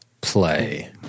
play